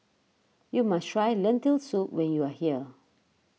you must try Lentil Soup when you are here